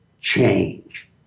change